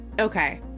Okay